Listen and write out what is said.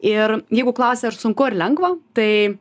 ir jeigu klausi ar sunku ar lengva tai